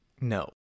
no